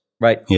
right